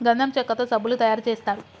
గంధం చెక్కతో సబ్బులు తయారు చేస్తారు